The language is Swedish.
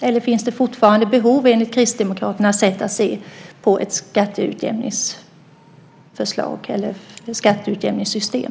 Eller finns det fortfarande behov, enligt Kristdemokraternas sätt att se, av ett skatteutjämningssystem?